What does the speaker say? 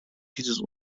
dieses